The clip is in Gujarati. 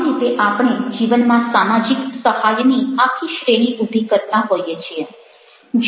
આવી રીતે આપણે જીવનમાં સામાજિક સહાયની આખી શ્રેણી ઉભી કરતા હોઈએ છીએ